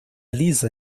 lisa